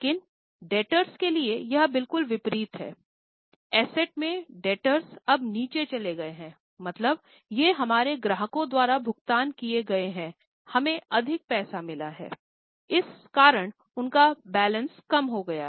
लेकिन डेब्टर्स के लिए बिल्कुल विपरीत होगा